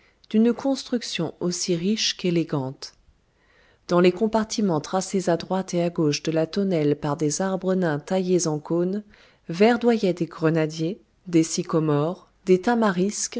d'une construction aussi riche qu'élégante dans les compartiments tracés à droite et à gauche de la tonnelle par des arbres nains taillés en cône verdoyaient des grenadiers des sycomores des